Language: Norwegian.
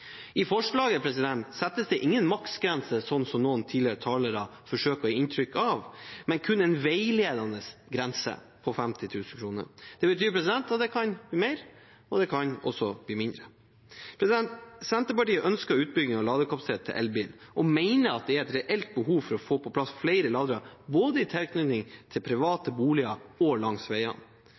I forslaget settes det ingen maksgrense, som noen tidligere talere forsøker å gi inntrykk av, men kun en veiledende grense på 50 000 kr. Det betyr at det kan bli mer, og det kan også bli mindre. Senterpartiet ønsker utbygging av ladekapasitet til elbil og mener det er et reelt behov for å få på plass flere ladere både i tilknytning til private boliger og langs veiene.